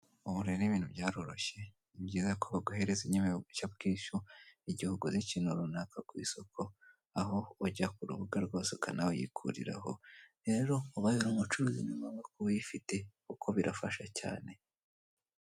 Inyubako igaragara nk'ishuri mbere yayo hamanitse idarapo rigihugu cy'u Rwanda hanze y'ikigo hari umuntu mu muhanda ufite igitabo mu ntoki ugenda yihuta ageze hafi y'icyapa.